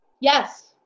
Yes